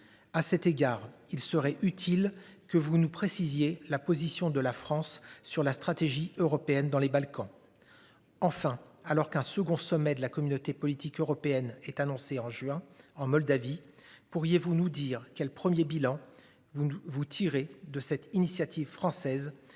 À cet égard, il serait utile que vous nous précisiez la position de la France sur la stratégie européenne dans les Balkans. Enfin, alors qu'un second sommet de la communauté politique européenne est annoncé en juin en Moldavie. Pourriez-vous nous dire quel 1er bilan vous vous tirez de cette initiative française